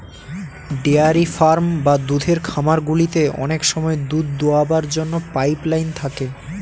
dairy farm বা দুধের খামারগুলিতে অনেক সময় দুধ দোয়াবার জন্য পাইপ লাইন থাকে